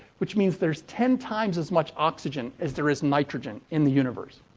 which means there's ten times as much oxygen as there is nitrogen in the universe.